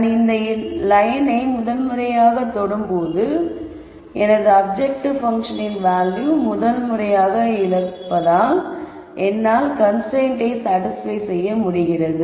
நான் இந்த லயனை முதன்முறையாகத் தொடும்போது முதல் முறையாக எனது அப்ஜெக்டிவ் பங்க்ஷனின் வேல்யூவை இழப்பதால் என்னால் கன்ஸ்ரைன்ட்டை சாடிஸ்பய் செய்ய முடிகிறது